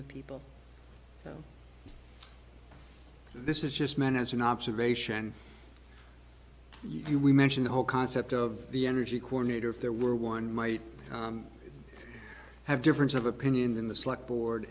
of people so this is just meant as an observation you we mentioned the whole concept of the energy coordinator there were one might have difference of opinion than the slick board